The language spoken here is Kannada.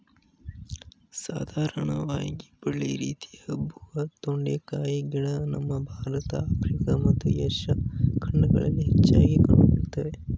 ಸಾಧಾರಣವಾಗಿ ಬಳ್ಳಿ ರೀತಿ ಹಬ್ಬುವ ತೊಂಡೆಕಾಯಿ ಗಿಡ ನಮ್ಮ ಭಾರತ ಆಫ್ರಿಕಾ ಮತ್ತು ಏಷ್ಯಾ ಖಂಡಗಳಲ್ಲಿ ಹೆಚ್ಚಾಗಿ ಕಂಡು ಬರ್ತದೆ